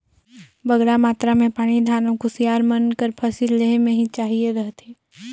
बगरा मातरा में पानी धान अउ कुसियार मन कर फसिल लेहे में ही चाहिए रहथे